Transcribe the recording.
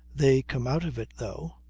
they come out of it, though,